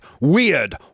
weird